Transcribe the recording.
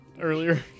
earlier